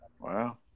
Wow